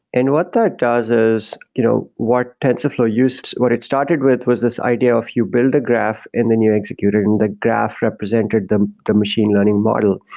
and what that does is you know what tensorflow what it started with was this idea of you build a graph and then you execute it and the graph represented the the machine learning model.